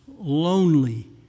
lonely